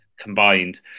combined